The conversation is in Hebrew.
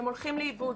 הם הולכים לאיבוד.